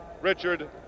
Richard